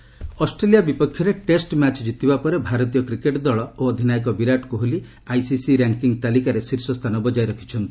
IIC ranking Australia ବିପକ୍ଷରେ test match ଜିତିବା ପରେ ଭାରତୀୟ କ୍ରିକେଟ୍ ଦଳ ଓ ଅଧିନାୟକ ବିରାଟ କୋହଲୀ ଆଇସିସି ର୍ୟାଙ୍କିଙ୍ଗ୍ ତାଲିକାରେ ଶୀର୍ଷ ସ୍ଥାନ ବକାୟ ରଖିଛନ୍ତି